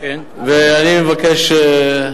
ואני מבקש,